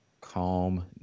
calm